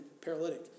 paralytic